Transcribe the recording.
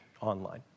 online